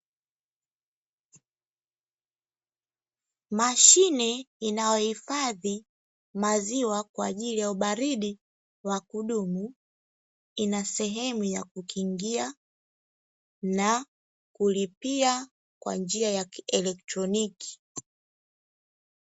Mashine inayohifadhi maziwa kwajili ya ubaridi wa kudumu, inasehemu ya kukingia na kulipia kwanjia ya kieletroniki.